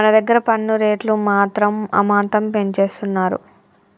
మన దగ్గర పన్ను రేట్లు మాత్రం అమాంతం పెంచేస్తున్నారు